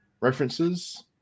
references